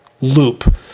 loop